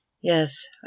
Yes